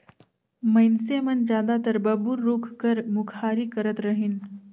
मइनसे मन जादातर बबूर रूख कर मुखारी करत रहिन